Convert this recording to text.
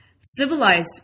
civilize